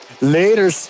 Later